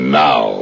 now